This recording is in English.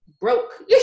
broke